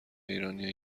ایرانیا